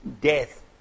Death